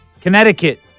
Connecticut